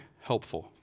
helpful